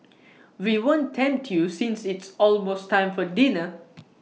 we won't tempt you since it's almost time for dinner